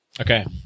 Okay